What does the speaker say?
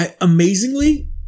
Amazingly